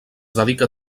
dedica